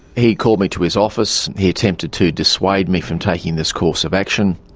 he called me to his office, he attempted to dissuade me from taking this course of action.